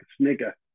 snigger